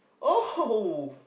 oh